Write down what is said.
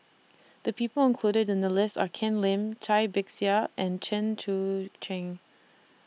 The People included in The list Are Ken Lim Cai Bixia and Chen Sucheng